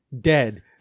dead